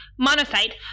Monocyte